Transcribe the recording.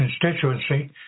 constituency